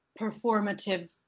performative